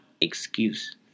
excuse